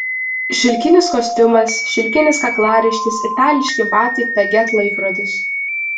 šilkinis kostiumas šilkinis kaklaraištis itališki batai piaget laikrodis